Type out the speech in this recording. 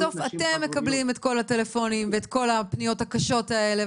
בסוף אתם מקבלים את כל הטלפונים ואת כל הפניות הקשות האלה,